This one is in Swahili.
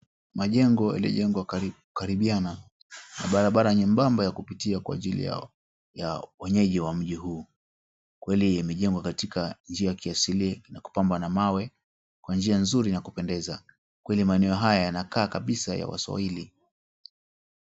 Majengo yaliyojengwa kukaribiana na barabara nyembamba ya kupitia kwa ajili yao ya wenyeji wa mji huu. Kweli imejengwa katika njia ya kiasili na kupamba na mawe kwa njia nzuri na yakupendeza kweli maeneo haya yanakaa kabisa ya waswahili.